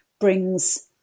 brings